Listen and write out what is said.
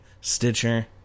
stitcher